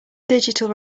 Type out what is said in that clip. digital